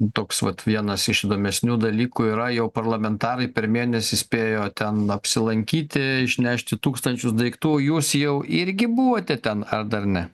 toks vat vienas iš įdomesnių dalykų yra jau parlamentarai per mėnesį spėjo ten apsilankyti išnešti tūkstančius daiktų jūs jau irgi buvote ten dar ne